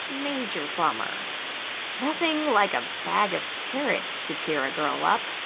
major bummer nothing like a bag of carrots to cheer a girl up.